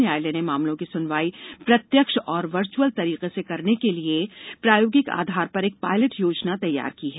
न्यायालय ने मामलों की सुनवाई प्रत्यक्ष और वर्चुअल तरीके से करने के लिए प्रायोगिक आधार पर एक पायलट योजना तैयार की है